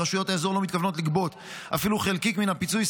ורשויות האזור לא מתכוונות לגבות אפילו חלקיק מן הפיצוי,